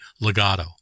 legato